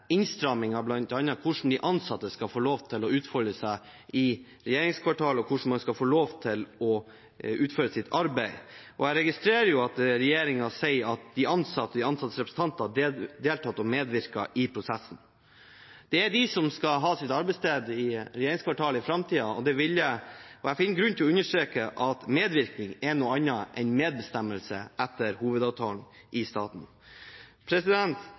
hvordan de ansatte skal få lov til å utfolde seg i regjeringskvartalet, og hvordan man skal få lov til å utføre sitt arbeid. Jeg registrerer at regjeringen sier at de ansatte og de ansattes representanter har deltatt og medvirket i prosessen. Det er de som skal ha sitt arbeidssted i regjeringskvartalet i framtiden, og jeg finner grunn til å understreke at medvirkning er noe annet enn medbestemmelse, etter hovedavtalen i staten.